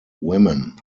women